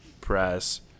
press